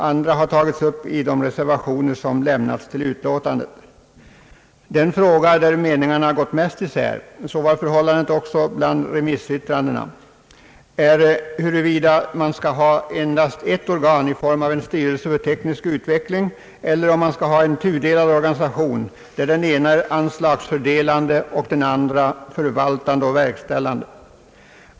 Andra har tagits upp i de reservationer som har fogats till utlåtandet. Den fråga där meningarna har gått mest isär — så var förhållandet även bland remissyttrandena — är huvuvida man skall ha endast ett organ i form av en styrelse för teknisk utveckling eller om man skall ha en tudelad organisation, där den ena är anslagsfördelande och den andra förvaltande och verkställande.